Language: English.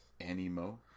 Animo